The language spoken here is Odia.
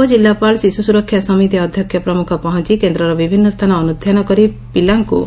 ଉପକିଲ୍କୁପାଳ ଶିଶୁ ସୁରକ୍ଷା ସମିତି ଅଧ୍ଘକ୍ଷ ପ୍ରମୁଖ ପହଞ୍ କେନ୍ଦର ବିଭିନୁ ସ୍ରାନ ଅନୁଧ୍ରାନ କରି ପିଲାଙ୍ଙୁ